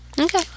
Okay